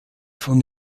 von